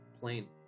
plain